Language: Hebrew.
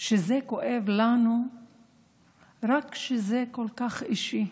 זה כואב לנו רק כשזה כל כך אישי.